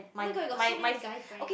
oh-my-god you got so many guy friend